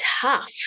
tough